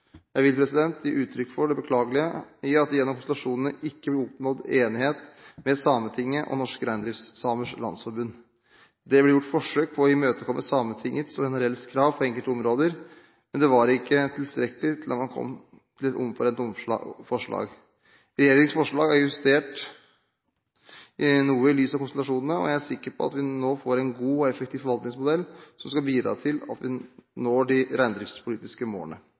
Jeg vil gi uttrykk for det beklagelige i at det gjennom konsultasjonene ikke ble oppnådd enighet med Sametinget og Norske Reindriftssamers Landsforbund. Det ble gjort forsøk på å imøtekomme Sametingets og NRLs krav på enkelte områder, men det var ikke tilstrekkelig til at man kom til et omforent forslag. Regjeringens forslag er justert noe i lys av konsultasjonene, og jeg er sikker på at vi nå får en god og effektiv forvaltningsmodell som skal bidra til at vi når de reindriftspolitiske